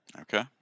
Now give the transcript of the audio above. Okay